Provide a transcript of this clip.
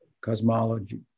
cosmology